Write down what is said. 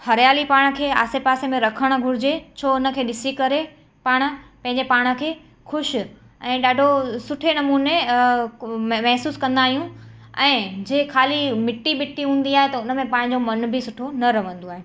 हरियाली पाण खे आसे पासे में रखणु घुरिजे छो हुनखे ॾिसी करे पाण पंहिंजे पाण खे ख़शि ऐं ॾाढो सुठे नमुने महिसूसु कंदा आहियूं ऐं जंहिं ख़ाली मिट्टी विट्टी हूंदी आहे त हुनमें पाण जो मन बि सुठो न रवंदो आहे